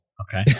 Okay